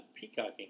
peacocking